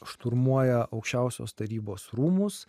šturmuoja aukščiausios tarybos rūmus